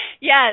Yes